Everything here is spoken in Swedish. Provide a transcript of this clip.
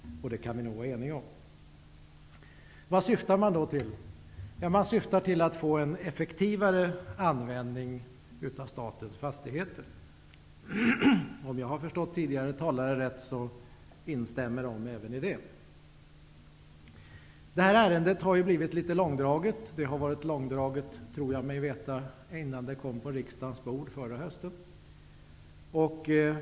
Det kan vi nog vara eniga om. Vad syftar man då till? Ja, man syftar till att få en effektivare användning av statens fastigheter. Om jag har förstått tidigare talare rätt, instämmer de i detta. Det här ärendet har blivit långdraget. Det har varit långdraget, tror jag mig veta, redan innan det kom på riksdagens bord förra hösten.